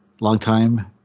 longtime